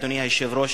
אדוני היושב-ראש,